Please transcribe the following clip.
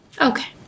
Okay